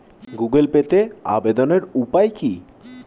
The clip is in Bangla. গুগোল পেতে আবেদনের উপায় কি?